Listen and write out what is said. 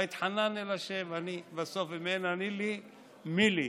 "ואתחנן אל ה'" בסוף, אם אין אני לי מי לי.